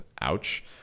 Ouch